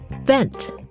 Vent